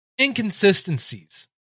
inconsistencies